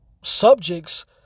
subjects